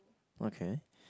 okay